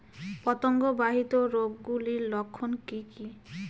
পতঙ্গ বাহিত রোগ গুলির লক্ষণ কি কি?